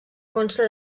consta